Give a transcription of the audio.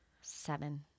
Seven